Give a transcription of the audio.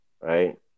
right